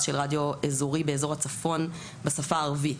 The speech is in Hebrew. של רדיו אזורי באזור הצפון בשפה הערבית,